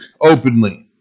openly